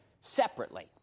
separately